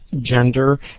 gender